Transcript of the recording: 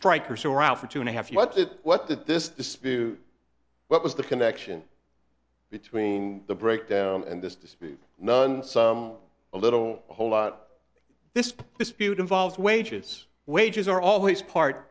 strikers who are out for two and a half what it what that this dispute what was the connection between the breakdown and this dispute none some a little a whole lot this dispute involves wages wages are always part